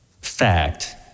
fact